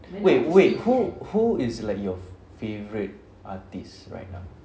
wait wait who who is like your f~ favourite artist right now